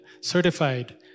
certified